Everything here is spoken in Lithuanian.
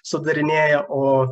sudarinėjo o